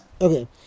Okay